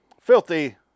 Filthy